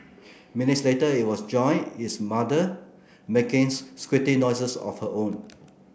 minutes later it was joined its mother making squeaky noises of her own